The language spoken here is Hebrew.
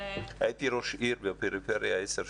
הייתי ראש עיר בפריפריה עשר שנים.